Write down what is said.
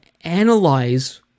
analyze